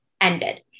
ended